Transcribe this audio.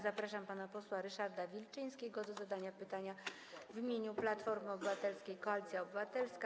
Zapraszam pana posła Ryszarda Wilczyńskiego do zadania pytania w imieniu Platformy Obywatelskiej - Koalicji Obywatelskiej.